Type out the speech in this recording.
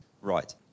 Right